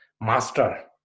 master